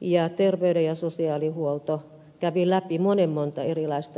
ja terveyden ja sosiaalihuolto kävi läpi monen monta erilaista projektia